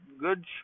good